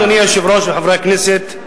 אדוני היושב-ראש וחברי הכנסת,